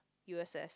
U_S_S